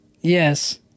Yes